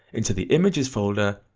into the images folder,